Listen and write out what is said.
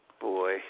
boy